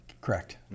Correct